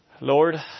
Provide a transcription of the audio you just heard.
Lord